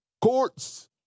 courts